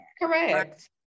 Correct